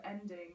ending